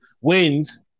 wins